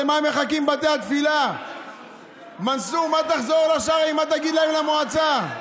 אבל זו האטימות של הממשלה הזו.